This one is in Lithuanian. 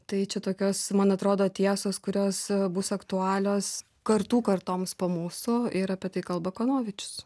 tai čia tokios man atrodo tiesos kurios bus aktualios kartų kartoms po mūsų ir apie tai kalba kanovičius